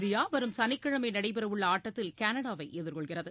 இந்தியாவரும் சனிக்கிழமைநடைபெறஉள்ள ஆட்டத்தில் கனடாவைஎதிர்கொள்கிறது